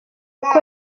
uko